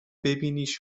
ببینیش